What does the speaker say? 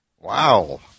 Wow